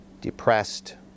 depressed